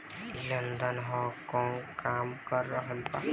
ई London, Hong Kong, Dubai, New York, Moscow अउरी बहुते देश में काम कर रहल बा